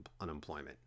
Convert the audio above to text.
unemployment